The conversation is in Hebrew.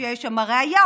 שיש שם ראיה,